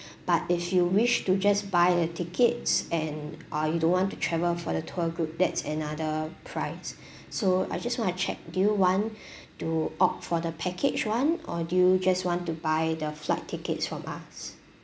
but if you wish to just buy the tickets and uh you don't want to travel for the tour group that's another price so I just want to check do you want to opt for the package [one] or do you just want to buy the flight tickets from us